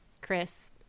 Chris